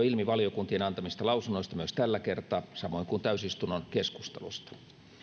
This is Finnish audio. ilmi valiokuntien antamista lausunnoista myös tällä kertaa samoin kuin täysistunnon keskustelusta